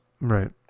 Right